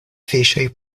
fiŝoj